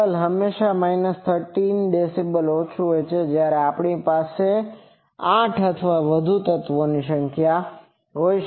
level હંમેશાં 13db ઓછું હોય છે જયારે આપણી પાસે 8 અથવા વધુ તત્વોની સંખ્યા હોય